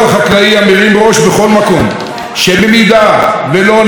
שבמידה שלא נדע לגדוע אותו בהקדם נקבל